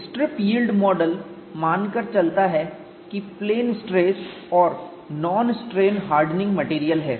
strip yield model मानकर चलता है कि प्लेन स्ट्रेस और नॉन स्ट्रेन हार्डनिंग मेटेरियल है